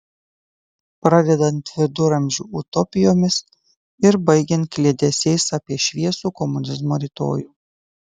pradedant viduramžių utopijomis ir baigiant kliedesiais apie šviesų komunizmo rytojų